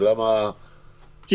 אז למה דווקא אתם?